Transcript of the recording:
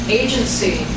agency